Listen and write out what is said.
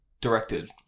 directed